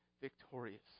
victorious